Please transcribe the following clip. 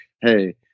Hey